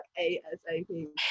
ASAP